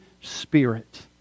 Spirit